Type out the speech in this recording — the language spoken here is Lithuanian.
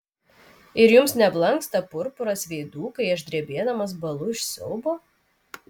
ir jums neblanksta purpuras veidų kai aš drebėdamas bąlu iš siaubo